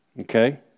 Okay